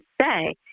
say